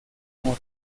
amor